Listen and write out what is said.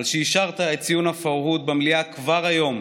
על שאישרת את ציון הפרהוד במליאה כבר היום,